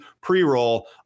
pre-roll